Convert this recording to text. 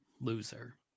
Loser